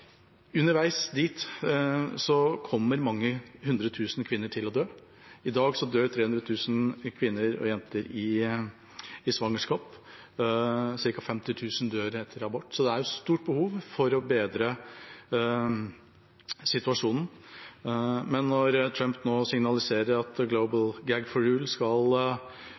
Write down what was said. Underveis dit kommer mange hundre tusen kvinner til å dø. I dag dør 300 000 kvinner og jenter i svangerskap, ca. 50 000 dør etter abort. Så det er et stort behov for å bedre situasjonen. Med Trumps signaler om «The Global Gag